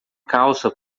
calça